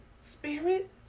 spirit